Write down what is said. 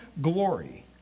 glory